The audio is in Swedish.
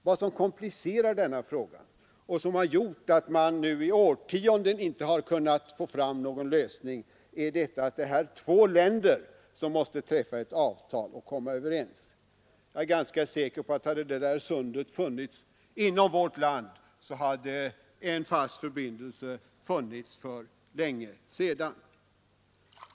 Vad som komplicerar denna fråga och vad som gjort att man nu i årtionden inte kunnat få fram någon lösning är att det gäller två länder, som måste komma överens och träffa ett avtal; jag är ganska säker på att om sundet funnits inom vårt land, hade en fast förbindelse etablerats för länge sedan.